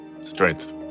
strength